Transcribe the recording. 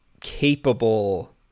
capable